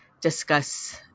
discuss